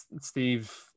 Steve